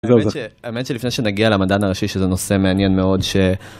‫האמת שלפני שנגיע למדען הראשי ‫שזה נושא מעניין מאוד ש...